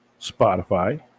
Spotify